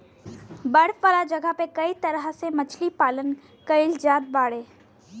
बर्फ वाला जगह पे इ तरह से मछरी पालन कईल जात बाड़े